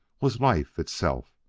was life itself,